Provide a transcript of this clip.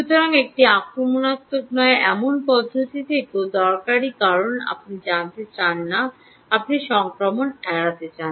সুতরাং একটি আক্রমণাত্মক নয় এমন পদ্ধতি থেকেও দরকারী কারণ আপনি চান না আপনি সংক্রমণ এড়াতে চান